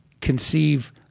conceive